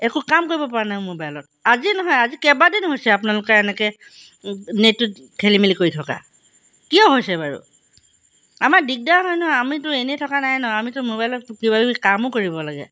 একো কাম কৰিব পৰা নাই মোবাইলত আজি নহয় আজি কেইবাদিন হৈছে আপোনালোকে এনেকৈ নেটটোত খেলি মেলি কৰি থকা কিয় হৈছে বাৰু আমাৰ দিগদাৰ হয় নহয় আমিতো এনেই থকা নাই নহয় আমিতো মোবাইলত কিবা কিবি কামো কৰিব লাগে